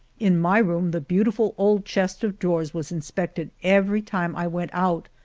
in my room the beautiful old chest of drawers was inspected every time i went out,